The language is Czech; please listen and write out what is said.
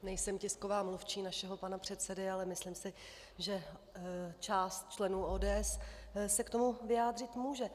Nejsem tisková mluvčí našeho pana předsedy, ale myslím si, že část členů ODS se k tomu vyjádřit může.